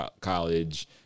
college